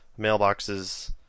mailboxes